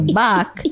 back